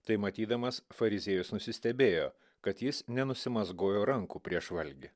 tai matydamas fariziejus nusistebėjo kad jis nenusimazgojo rankų prieš valgį